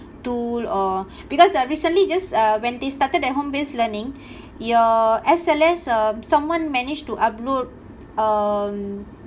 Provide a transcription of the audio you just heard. tool or because err recently just uh when they started that home based learning your S_L_S uh someone managed to upload um